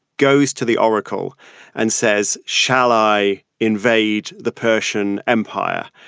goes to the oracle and says, shall i invade the persian empire?